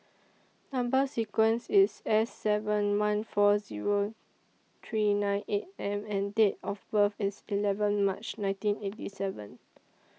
Number sequence IS S seven one four Zero three nine eight and and Date of birth IS eleven March nineteen eighty seven